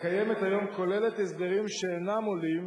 הקיימת היום כוללת הסדרים שאינם עולים